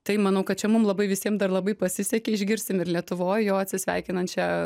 tai manau kad čia mum labai visiem dar labai pasisekė išgirsim ir lietuvoj jo atsisveikinančią